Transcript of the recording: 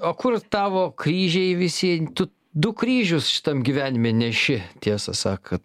o kur tavo kryžiai visi tu du kryžius šitam gyvenime neši tiesą sakant